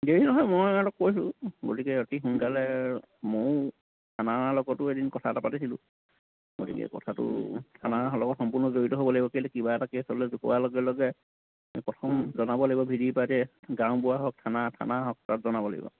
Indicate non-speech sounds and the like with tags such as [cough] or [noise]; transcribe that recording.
দেৰি নহয় মই সিহঁতক কৈছোঁ গতিকে অতি সোনকালে মোও থানাৰ লগতো এদিন কথা এটা পাতিছিলোঁ গতিকে কথাটো থানাৰ লগত সম্পূৰ্ণ জড়িত হ'ব লাগিব কেলে কিবা এটা কেছ হ'লে [unintelligible] লগে লগে প্ৰথম জনাব লাগিব ভি ডি পি পাৰ্টিয়ে গাঁওবুঢ়া হওক থানা থানা হওক তাত জনাব লাগিব